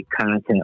content